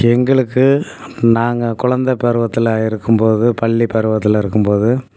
எங்களுக்கு நாங்கள் குழந்தை பருவத்தில் இருக்கும் போது பள்ளி பருவத்தில் இருக்கும் போது